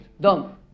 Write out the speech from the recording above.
done